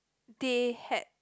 they had